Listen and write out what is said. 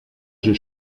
j’ai